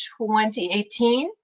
2018